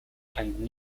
and